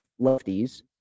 lefties